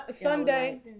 Sunday